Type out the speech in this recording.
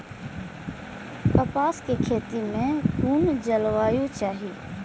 कपास के खेती में कुन जलवायु चाही?